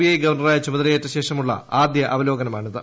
I ഗവർണറായി ചുമതലയേറ്റ ശേഷമുള്ള ആദ്യ അവലോകനമാണിത്